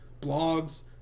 blogs